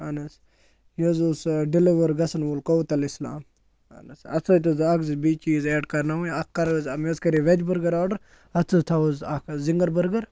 اہن حظ یہِ حظ اوس ڈیٚلِوَر گژھن وول کوتَل اِسلام اَہَن حظ اَتھ سۭتۍ حظ اَکھ زٕ بیٚیہِ چیٖز ایڈ کَرناوٕنۍ اَکھ کَر حظ مےٚ حظ کَرے ویج بٔرگَر آرڈَر اَتھ حظ تھَاو حظ اَکھ زِنٛگَر بٔرگَر